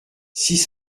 six